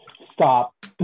Stop